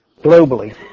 globally